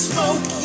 Smoke